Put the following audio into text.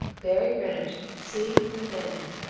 berry rennet see withania.